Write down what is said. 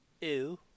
Ew